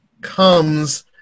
comes